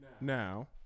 now